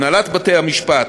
הנהלת בתי-המשפט,